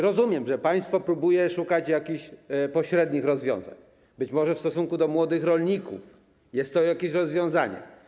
Rozumiem, że państwo próbuje szukać jakichś pośrednich rozwiązań, być może w stosunku do młodych rolników jest to jakieś rozwiązanie.